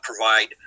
provide